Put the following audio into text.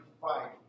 fight